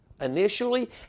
initially